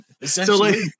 essentially